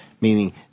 meaning